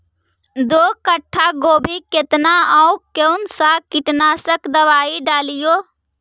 दो कट्ठा गोभी केतना और कौन सा कीटनाशक दवाई डालिए?